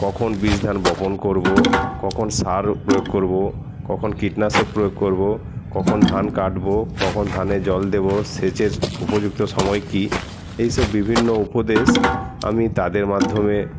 কখন বীজ ধান বপন করবো কখন সার প্রয়োগ করবো কখন কীটনাশক প্রয়োগ করবো কখন ধান কাটবো কখন ধানে জল দেবো সেচের উপযুক্ত সময় কি এই সব বিভিন্ন উপদেশ আমি তাদের মাধ্যমে